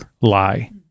lie